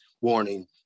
warning